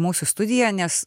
mūsų studiją nes